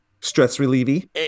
Stress-relieving